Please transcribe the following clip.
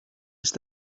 ist